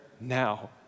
now